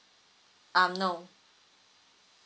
um no